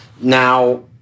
Now